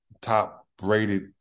top-rated